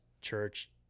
church